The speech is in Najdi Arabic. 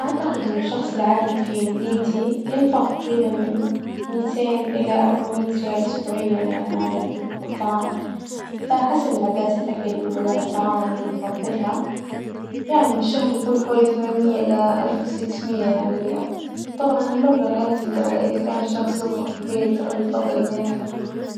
أعتقد إن الشخص العادي في مدينتي يدفع تقريبا من ميتين إلى أربعمية ريال أسبوعيا يعني على الطعام، فحسب العادات الأكل ونوع الطعام اللي يفظلها، يعني بالشهر يكون حوالي ثمانمية إلى ألف وستمية يعني ريال، طبعا هالمبلغ يعتمد على إذا كان الشخص يطبخ في البيت أو يفظل إنه ياكله